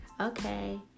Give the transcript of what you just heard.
okay